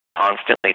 constantly